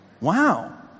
Wow